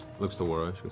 looks to worra.